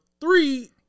three